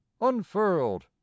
unfurled